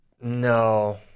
No